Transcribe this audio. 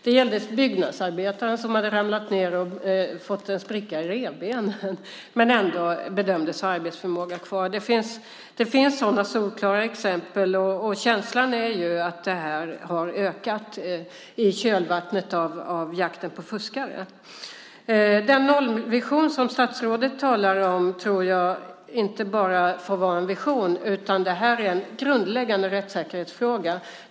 Det gällde byggnadsarbetaren som hade ramlat och fått en spricka i revbenen men ändå bedömdes ha arbetsförmåga kvar. Det finns sådana solklara exempel. Känslan är att det har ökat i kölvattnet av jakten på fuskare. Den nollvision som statsrådet talar om får inte vara bara en vision. Det här är en grundläggande fråga om rättssäkerhet.